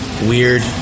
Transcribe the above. weird